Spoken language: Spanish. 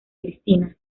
cristina